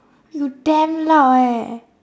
you damn loud eh